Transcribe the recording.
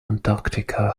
antarctica